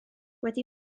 wedi